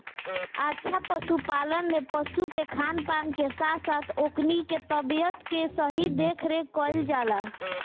अच्छा पशुपालन में पशु के खान पान के साथ साथ ओकनी के तबियत के सही देखरेख कईल जाला